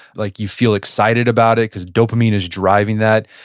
like you feel excited about it because dopamine is driving that.